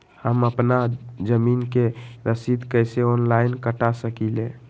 हम अपना जमीन के रसीद कईसे ऑनलाइन कटा सकिले?